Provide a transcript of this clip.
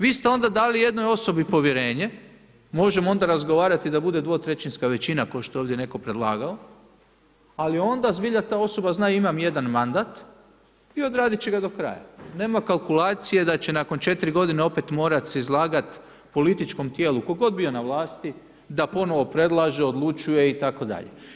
Vi ste onda dali jednoj osobi povjerenje, možemo onda razgovarati da bude dvotrećinska većina kao što je ovdje netko predlagao, ali onda zbilja ta osoba zna imam jedan mandat, i odradit će ga do kraja, nema kalkulacije da će nakon 4 g. opet morat se izlagati političkom tijelu, tko god bio na vlasti da ponovno predlaže, odlučuje itd.